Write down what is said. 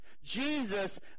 Jesus